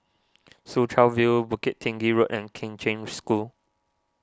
Soo Chow View Bukit Tinggi Road and Kheng Cheng School